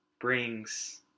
brings